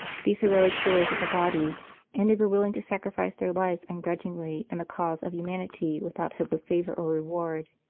these heroic healers of the body and they were willing to sacrifice their lives ungrudgingly in the cause of humanity without hope of favour or reward.